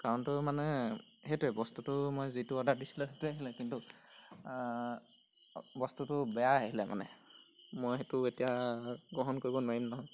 কাৰণটো মানে সেইটোৱে বস্তুটো মই যিটো অৰ্ডাৰ দিছিলোঁ সেইটোৱে আহিলে কিন্তু বস্তুটো বেয়া আহিলে মানে মই সেইটো এতিয়া গ্ৰহণ কৰিব নোৱাৰিম নহয়